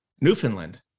Newfoundland